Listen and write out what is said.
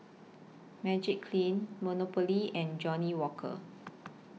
Magiclean Monopoly and Johnnie Walker